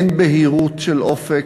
אין בהירות של אופק,